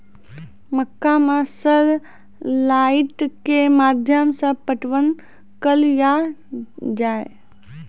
मक्का मैं sir light के माध्यम से पटवन कल आ जाए?